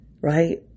right